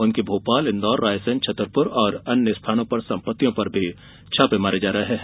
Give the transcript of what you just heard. उनकी भोपाल इंदौर रायसेन छतरपुर और अन्य स्थानों पर संपत्तियों पर भी छापे मारे जा रहे हैं